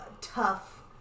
tough